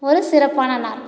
ஒரு சிறப்பான நாள்